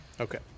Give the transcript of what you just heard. Okay